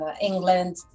England